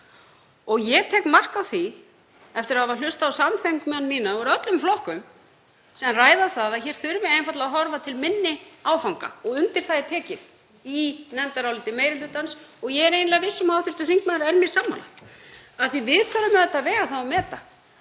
Ég tek mark á því eftir að hafa hlustað á samþingmenn mína úr öllum flokkum sem ræða það að hér þurfi einfaldlega að horfa til minni áfanga og undir það er tekið í nefndaráliti meiri hlutans og ég er eiginlega viss um að hv. þingmaður er mér sammála af því að við þurfum auðvitað að vega það og meta